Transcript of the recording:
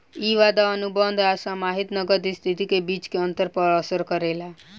इ वादा अनुबंध आ समाहित नगद स्थिति के बीच के अंतर पर असर करेला